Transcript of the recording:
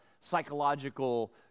psychological